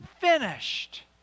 finished